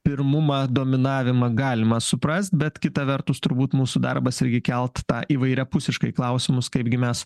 pirmumą dominavimą galima suprast bet kita vertus turbūt mūsų darbas irgi kelt tą įvairiapusiškai klausimus kaipgi mes